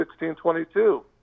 1622